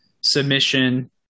submission